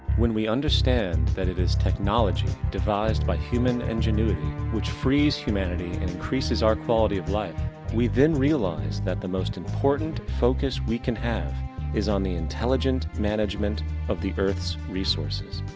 when we understand that it is technology devised by human ingenuity which frees humanity and increases our quality of life we then realize, that the most important focus we can have is on the intelligent management of the earth's resources.